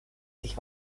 sich